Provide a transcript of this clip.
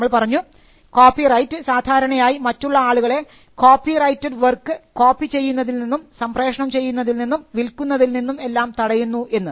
നമ്മൾ പറഞ്ഞു കോപ്പിറൈറ്റ് സാധാരണയായി മറ്റുള്ള ആളുകളെ കോപ്പിറൈറ്റ്ഡ് വർക്ക് കോപ്പി ചെയ്യുന്നതിൽ നിന്നും സംപ്രേഷണം ചെയ്യുന്നതിൽ നിന്നും വിൽക്കുന്നതിൽ നിന്നും എല്ലാം തടയുന്നു എന്ന്